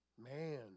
Man